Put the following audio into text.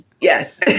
yes